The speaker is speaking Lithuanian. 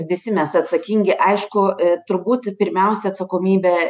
visi mes atsakingi aišku turbūt pirmiausia atsakomybė